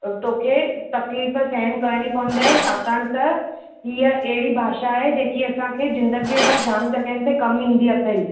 तोखे तकलीफ़ सहन करणी पवंदई छाकाणि त इहा अहिड़ी भाषा आहे जेकी असांखे जिंदगी भर जाम जॻहिनि ते कमु ईंदी अथई